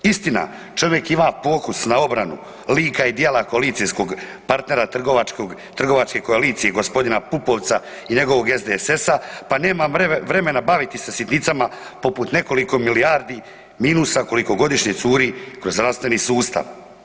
Istina, čovjek ima fokus na obranu lika i dijela koalicijskog partnera trgovačke koalicije, g. Pupovca i njegovog SDSS-a pa nema vremena baviti se sitnicama poput nekoliko milijardi minusa koliko godišnje curi kroz zdravstveni sustav.